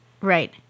Right